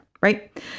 right